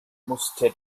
musste